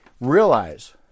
realize